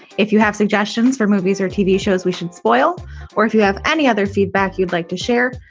if you have suggestions for movies or tv shows, we should spoil or if you have any other feedback you'd like to share.